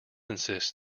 insist